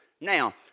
Now